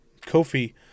Kofi